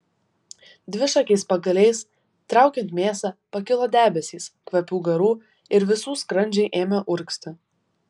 dvišakiais pagaliais traukiant mėsą pakilo debesys kvapių garų ir visų skrandžiai ėmė urgzti